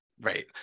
Right